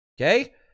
okay